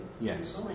Yes